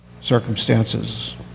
circumstances